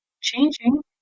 changing